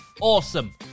awesome